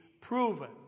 proven